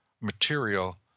material